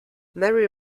mary